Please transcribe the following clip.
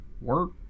work